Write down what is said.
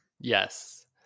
Yes